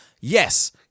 Yes